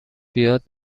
بیاد